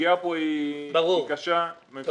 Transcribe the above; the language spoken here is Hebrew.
הפגיעה פה היא קשה, לעסקים הקטנים במיוחד.